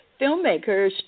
filmmakers